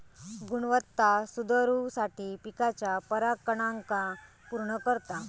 गुणवत्ता सुधरवुसाठी पिकाच्या परागकणांका पुर्ण करता